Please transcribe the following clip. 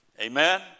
Amen